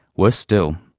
worse still,